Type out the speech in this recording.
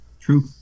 true